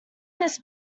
this